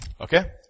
Okay